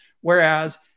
whereas